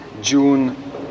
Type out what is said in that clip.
June